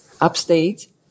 upstate